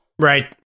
Right